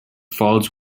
falls